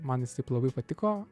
man jis taip labai patiko